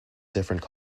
different